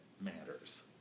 matters